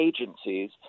agencies